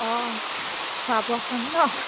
অঁ খোৱা বোৱা হ'ল নহ্